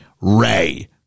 Ray